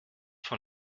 von